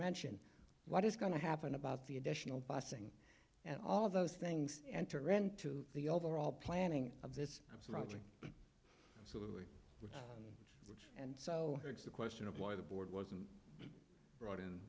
mention what is going to happen about the additional bussing and all of those things enter into the overall planning of this was roger and so the question of why the board wasn't brought